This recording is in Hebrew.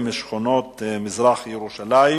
מיכאלי